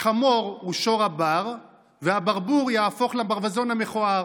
החמור הוא שור הבר והברבור יהפוך לברווזון המכוער.